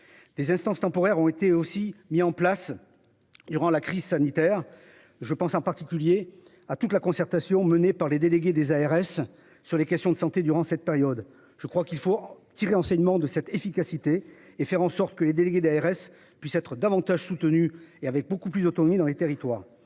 Des instances temporaires ont été aussi mis en place. Durant la crise sanitaire. Je pense en particulier à toute la concertation menée par les délégués des ARS sur les questions de santé. Durant cette période, je crois qu'il faut tirer enseignement de cette efficacité, et faire en sorte que les délégués d'ARS puissent être davantage soutenu et avec beaucoup plus d'autonomie dans les territoires.